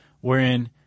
wherein –